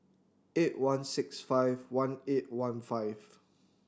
eight one six five one eight one five